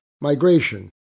migration